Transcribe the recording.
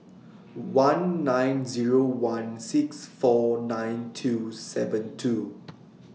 one nine Zero one six four nine two seven two